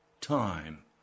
time